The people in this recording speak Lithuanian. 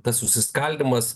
tas susiskaldymas